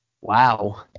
Wow